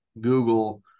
Google